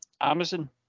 Amazon